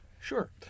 sure